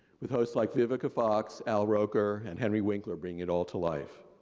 with host like vivica fox, al roker, and henry winkler bring it all to life.